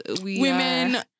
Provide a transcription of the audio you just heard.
women